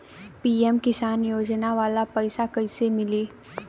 PM किसान योजना वाला पैसा कईसे मिली?